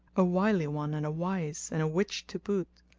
a wily one and a wise and a witch to boot,